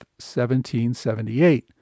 1778